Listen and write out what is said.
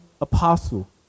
apostle